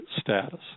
status